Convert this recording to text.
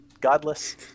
godless